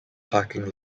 parking